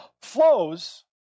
flows